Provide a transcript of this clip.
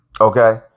Okay